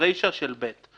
הרישה של (ב).